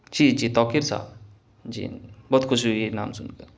جی جی توقییر صاحب جی بہت خوشی ہوئی یہ نام سن کر